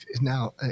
Now